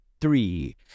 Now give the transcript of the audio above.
three